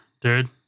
dude